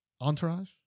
Entourage